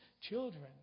children